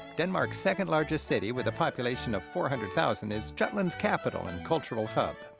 denmark's second-largest city, with a population of four hundred thousand, is jutland's capital and cultural hub.